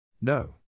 No